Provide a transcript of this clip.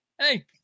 Hey